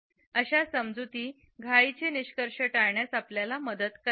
अशा समजुती घाईचे निष्कर्ष टाळण्यास आपल्याला मदत करतात